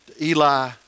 Eli